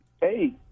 Hey